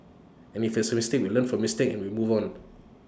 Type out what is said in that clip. and if it's A mistake we learn from mistakes we move on